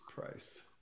price